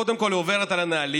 קודם כול היא עוברת על הנהלים,